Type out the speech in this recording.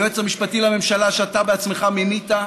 היועץ המשפטי לממשלה שאתה בעצמך מינית,